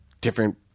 different